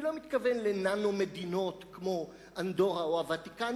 אני לא מתכוון לננו-מדינות כמו אנדורה או הוותיקן.